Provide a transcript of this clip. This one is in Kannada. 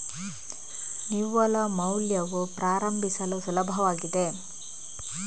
ನಿವ್ವಳ ಮೌಲ್ಯವು ಪ್ರಾರಂಭಿಸಲು ಸುಲಭವಾಗಿದೆ